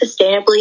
sustainably